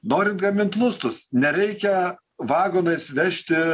norint gamint lustus nereikia vagonais vežti